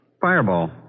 Fireball